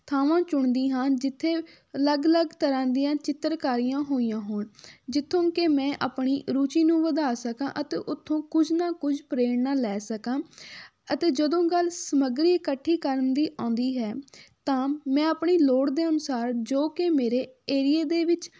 ਥਾਵਾਂ ਚੁਣਦੀ ਹਾਂ ਜਿੱਥੇ ਅਲੱਗ ਅਲੱਗ ਤਰ੍ਹਾਂ ਦੀਆਂ ਚਿੱਤਰਕਾਰੀਆਂ ਹੋਈਆਂ ਹੋਣ ਜਿੱਥੋਂ ਕਿ ਮੈਂ ਆਪਣੀ ਰੁਚੀ ਨੂੰ ਵਧਾ ਸਕਾਂ ਅਤੇ ਉੱਥੋਂ ਕੁਝ ਨਾ ਕੁਝ ਪ੍ਰੇਰਣਾ ਲੈ ਸਕਾਂ ਅਤੇ ਜਦੋਂ ਗੱਲ ਸਮੱਗਰੀ ਇਕੱਠੀ ਕਰਨ ਦੀ ਆਉਂਦੀ ਹੈ ਤਾਂ ਮੈਂ ਆਪਣੀ ਲੋੜ ਦੇ ਅਨੁਸਾਰ ਜੋ ਕਿ ਮੇਰੇ ਏਰੀਏ ਦੇ ਵਿੱਚ